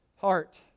heart